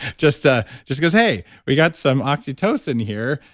just ah just goes, hey, we got some oxytocin here.